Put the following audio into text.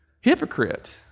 Hypocrite